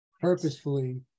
purposefully